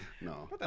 No